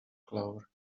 clover